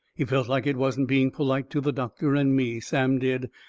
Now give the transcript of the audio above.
he felt like it wasn't being polite to the doctor and me, sam did,